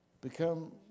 become